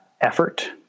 effort